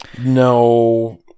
No